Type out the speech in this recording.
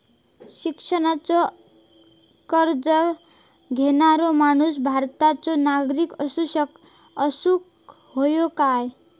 शिक्षणाचो कर्ज घेणारो माणूस भारताचो नागरिक असूक हवो काय?